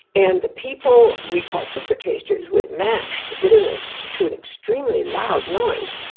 and the people we call super-tasters would match the bitterness to an extremely loud noise,